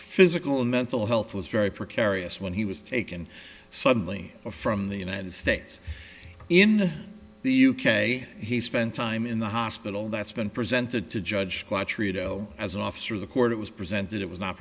physical mental health was very precarious when he was taken suddenly from the united states in the u k he spent time in the hospital that's been presented to judge by trio as an officer of the court it was presented it was not